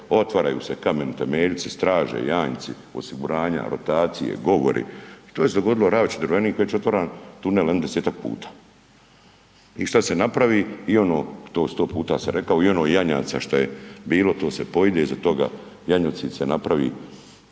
otvaraju se kameni temeljci, straže, janjci, osiguranja, rotacije, govori i to se dogodilo Ravča-Drvenik već otvaran tunel jedno 10-tak puta. I što se napravi? I ono, to 100 puta sam rekao i ono janjaca što je bilo, to se pojede, iza toga .../Govornik se ne